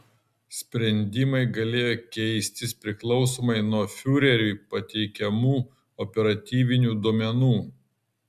sprendimai galėjo keistis priklausomai nuo fiureriui pateikiamų operatyvinių duomenų